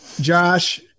Josh –